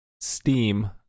Steam